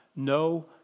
No